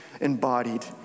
embodied